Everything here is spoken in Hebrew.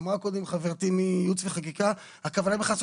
אמרה קודם חברתי מייעוץ וחקיקה שהכוונה היא לעשות